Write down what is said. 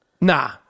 nah